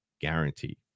guarantee